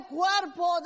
cuerpo